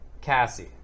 Cassie